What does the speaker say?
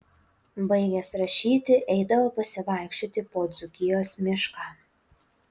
baigęs rašyti eidavo pasivaikščioti po dzūkijos mišką